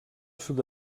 sud